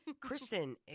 Kristen